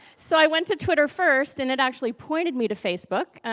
so i went to twitter first and it actually pointed me to facebook. and